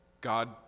God